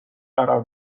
قرار